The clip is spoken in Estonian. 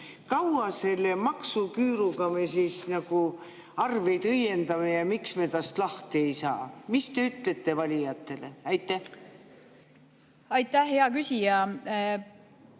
Kaua me selle maksuküüruga nagu arveid õiendame ja miks me tast lahti ei saa? Mis te ütlete valijatele? Aitäh, hea küsija!